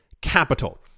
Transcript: capital